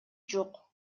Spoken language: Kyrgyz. жок